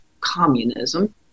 communism